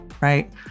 Right